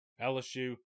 LSU